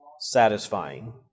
satisfying